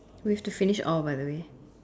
we have to finish all by the way